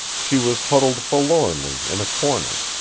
she was huddled forlornly in a corner,